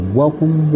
welcome